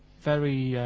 very